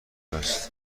است